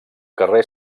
carrer